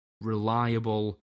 reliable